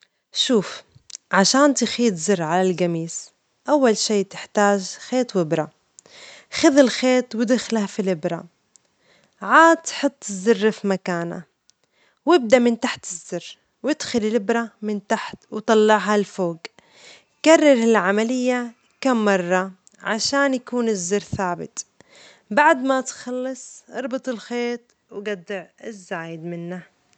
شوف، عشان تخيط زر عالجميص، أول شي تحتاج خيط وأبرة، خذ الخيط ودخله في الأبرة، عاد حط الزر في مكانه، وابدأ من تحت الزر وادخل الأبرة من تحت وطلعها لفوق، كرر العملية كم مرة عشان يكون الزر ثابت، بعد ما تخلص، اربط الخيط وجطع الزايد منه.